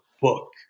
book